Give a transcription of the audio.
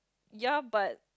ya but